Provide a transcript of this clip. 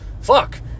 fuck